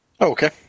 Okay